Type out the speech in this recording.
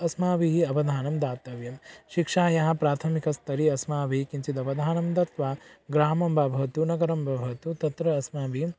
अस्माभिः अवधानं दातव्यं शिक्षायाः प्राथमिकस्तरे अस्माभिः किञ्चित् अवधानं दत्वा ग्रामं वा भवतु नगरं वा भवतु तत्र अस्माभिः